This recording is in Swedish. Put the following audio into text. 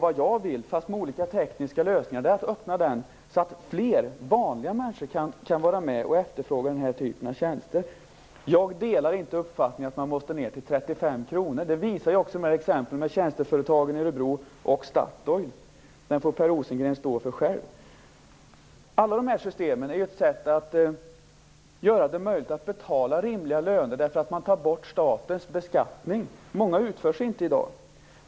Vad jag vill är att med olika tekniska lösningar öppna marknaden så att fler vanliga människor kan vara med och efterfråga den här typen av tjänster. Jag delar inte uppfattningen att man måste ned till 35 kr. Det visar också exemplen med tjänsteföretagen i Örebro och Statoil. Den uppfattningen får Per Rosengren stå för själv. Alla de här systemen är ett sätt att göra det möjligt att betala rimliga löner, därför att man tar bort statens beskattning. Många uppgifter utförs inte i dag.